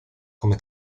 come